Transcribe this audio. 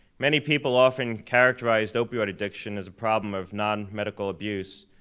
many people often characterized opioid addiction as a problem of non-medical abuse,